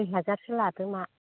दुइ हाजारसो लादोमा